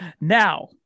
Now